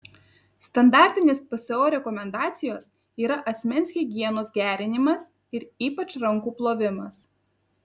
standartinės pso rekomendacijos yra asmens higienos gerinimas ir ypač rankų plovimas